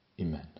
Amen